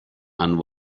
and